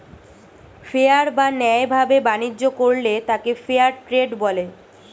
fair বা ন্যায় ভাবে বাণিজ্য করলে তাকে ফেয়ার ট্রেড বলে